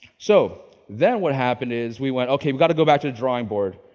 so then what happened is we went okay, we got to go back to the drawing board.